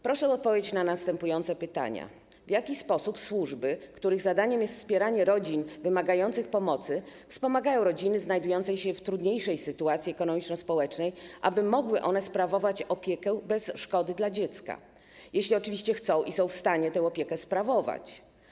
Proszę o odpowiedź na następujące pytania: W jaki sposób służby, których zadaniem jest wspieranie rodzin wymagających pomocy, wspomagają rodziny znajdujące się w trudniejszej sytuacji ekonomiczno-społecznej, aby mogły one sprawować opiekę bez szkody dla dziecka, jeśli oczywiście chcą i są w stanie tę opiekę sprawować?